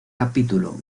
capítulo